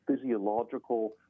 physiological